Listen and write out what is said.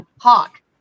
Hawk